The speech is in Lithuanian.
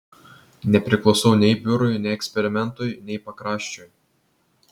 nepriklausau nei biurui nei eksperimentui nei pakraščiui